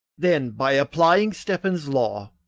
then by applying stefan's law,